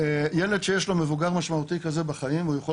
ילד שיש לו מבוגר משמעותי כזה בחיים הוא יכול